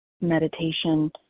meditation